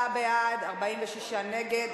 34 בעד, 46 נגד.